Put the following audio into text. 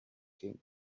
king